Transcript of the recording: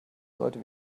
sollte